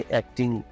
acting